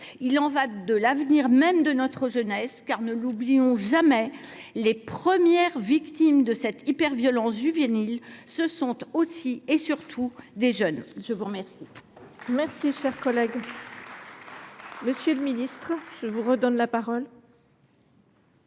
Il y va de l’avenir même de notre jeunesse. Car, ne l’oublions jamais, les premières victimes de cette hyperviolence juvénile, ce sont aussi et surtout des jeunes ! La parole